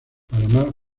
panamá